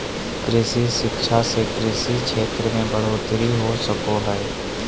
कृषि शिक्षा से कृषि क्षेत्र मे बढ़ोतरी हो सको हय